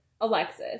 Alexis